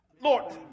Lord